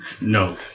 No